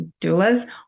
doulas